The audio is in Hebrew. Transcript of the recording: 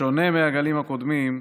בשונה מהגלים הקודמים,